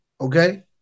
okay